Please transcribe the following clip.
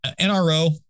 NRO